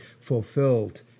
fulfilled